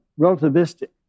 relativistic